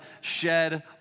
shed